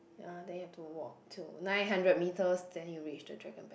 ya then you have to walk to nine hundred meters then you'll reach the Dragon Back